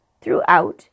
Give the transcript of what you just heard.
throughout